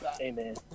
Amen